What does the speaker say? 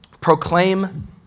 Proclaim